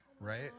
Right